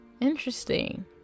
interesting